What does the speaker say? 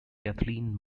kathleen